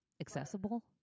accessible